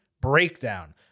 Breakdown